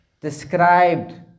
described